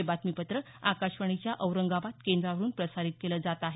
हे बातमीपत्र आकाशवाणीच्या औरंगाबाद केंद्रावरून प्रसारित केलं जात आहे